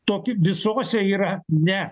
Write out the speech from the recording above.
tokį visose yra ne